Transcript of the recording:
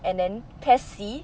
and then PES C